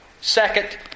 Second